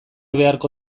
beharko